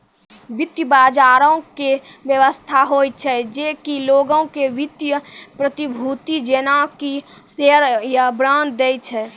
वित्त बजारो के व्यवस्था होय छै जे कि लोगो के वित्तीय प्रतिभूति जेना कि शेयर या बांड दै छै